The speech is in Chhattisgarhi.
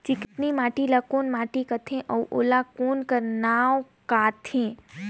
चिकनी माटी ला कौन माटी सकथे अउ ओला कौन का नाव काथे?